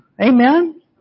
amen